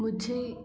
मुझे